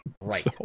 Right